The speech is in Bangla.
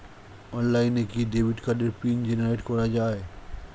অনলাইনে কি ডেবিট কার্ডের পিন জেনারেট করা যায়?